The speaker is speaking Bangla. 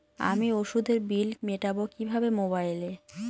আমি ওষুধের বিল মেটাব কিভাবে মোবাইলে?